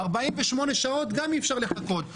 48 שעות גם אי-אפשר לחכות.